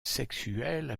sexuelles